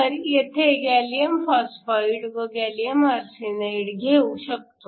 तर येथे gallium phosphide व गॅलीअम आर्सेनाइड घेऊ शकतो